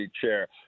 chair